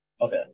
Okay